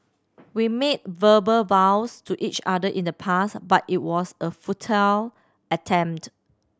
we made verbal vows to each other in the past but it was a futile attempt